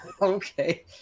okay